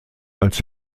als